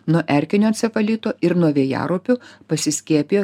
nuo erkinio encefalito ir nuo vėjaraupių pasiskiepijo